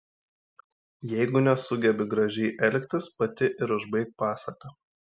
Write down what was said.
jeigu nesugebi gražiai elgtis pati ir užbaik pasaką